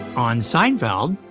on seinfeld,